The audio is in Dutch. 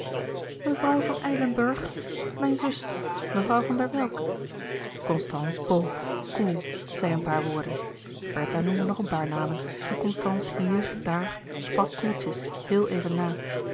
mevrouw van eilenburgh mijn zuster mevrouw van der welcke constance boog koel zei een paar woorden bertha noemde nog een paar namen en constance hier daar sprak koeltjes heel even na